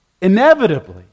inevitably